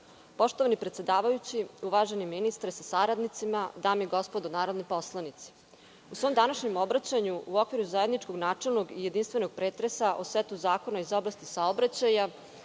predsedavajući, uvaženi ministre sa saradnicima, dame i gospodo narodni poslanici, u svom današnjem obraćanju u okviru zajedničkog načelnog i jedinstvenog pretresa o setu zakona iz oblasti saobraćaja